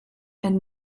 and